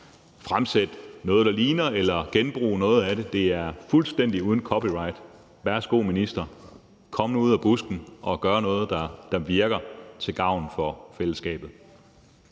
fremsætte noget, der ligner, eller genbruge noget af forslaget. Det er fuldstændig uden copyright. Værsgo, minister, kom nu ud af busken og gør noget, der virker til gavn for fællesskabet.